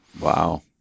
Wow